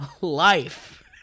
life